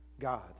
God